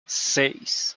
seis